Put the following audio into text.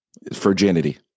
virginity